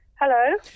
Hello